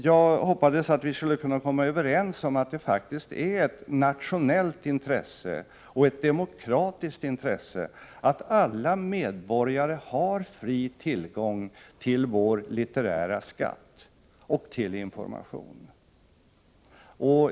Jag hoppades att vi skulle kunna komma överens om att det faktiskt är ett nationellt och demokratiskt intresse att alla medborgare har fri tillgång till vår litterära skatt och till information.